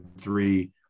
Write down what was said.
three